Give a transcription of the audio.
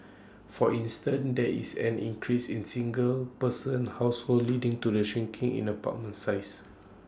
for instance there is an increase in single person households leading to the shrinking in apartment sizes